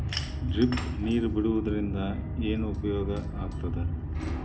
Drip ನೇರ್ ಬಿಡುವುದರಿಂದ ಏನು ಉಪಯೋಗ ಆಗ್ತದ?